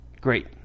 great